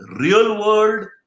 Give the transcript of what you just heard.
real-world